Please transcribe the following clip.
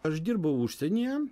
aš dirbau užsienyje